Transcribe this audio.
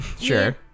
Sure